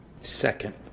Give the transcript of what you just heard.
Second